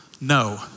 No